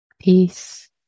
peace